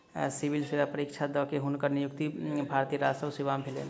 civil सेवा परीक्षा द के, हुनकर नियुक्ति भारतीय राजस्व सेवा में भेलैन